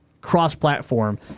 cross-platform